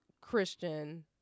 christian